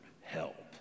help